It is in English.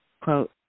quote